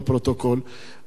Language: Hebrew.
ומה אני יכול להגיד?